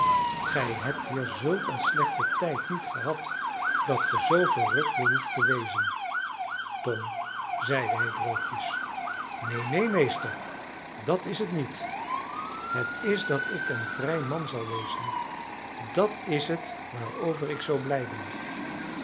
gij hebt hier zulk een slechten tijd niet gehad dat ge zoo verrukt behoeft te wezen tom zeide hij droogjes neen neen meester dat is het niet het is dat ik een vrij man zal wezen dat is het waarover ik zoo blij ben